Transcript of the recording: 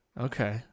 Okay